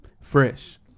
Fresh